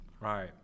right